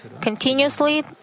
continuously